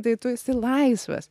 tai tu esi laisvas